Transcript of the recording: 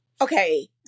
Okay